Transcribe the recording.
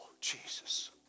Jesus